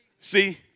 See